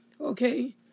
Okay